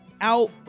out